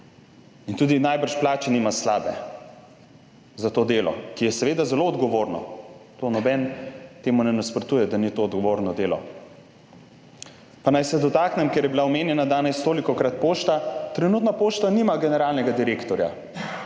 in tudi najbrž plače nima slabe za to delo, ki je seveda zelo odgovorno, to noben temu ne nasprotuje, da ni to odgovorno delo. Pa naj se dotaknem, ker je bila omenjena danes tolikokrat pošta. Trenutna pošta nima generalnega direktorja.